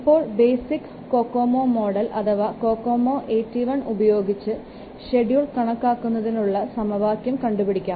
ഇപ്പോൾ basic COCOMO model അഥവാ COCOMO 81 ഉപയോഗിച്ച് ഷെഡ്യൂൾ കണക്കാക്കുന്നതിനുള്ള സമവാക്യം കണ്ടുപിടിക്കാം